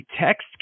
text